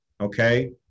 okay